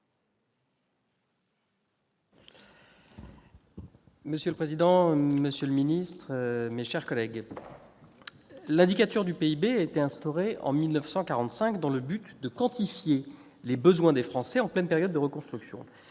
Monsieur le président, monsieur le secrétaire d'État, mes chers collègues, l'indicateur du PIB a été instauré en 1945, aux fins de quantifier les besoins des Français, en pleine période de reconstruction.